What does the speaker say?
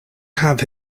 have